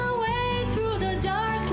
ואם אני חוזר טיפה אחורה,